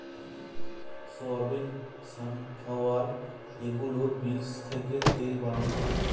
soybean, sunflower এগুলোর বীজ থেকে তেল বানানো হয়